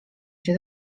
się